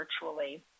virtually